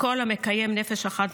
"וכל המקיים נפש אחת